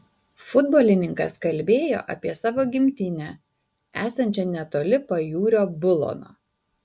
futbolininkas kalbėjo apie savo gimtinę esančią netoli pajūrio bulono